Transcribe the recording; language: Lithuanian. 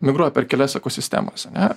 migruoja per kelias ekosistemas ane